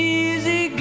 easy